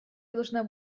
должна